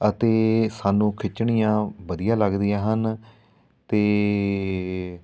ਅਤੇ ਸਾਨੂੰ ਖਿੱਚਣੀਆਂ ਵਧੀਆ ਲੱਗਦੀਆਂ ਹਨ ਅਤੇ